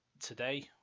Today